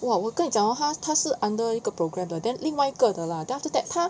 !wah! 我跟你讲 hor 他是 under 一个 program 的 then 另外一个的 lah then after that 他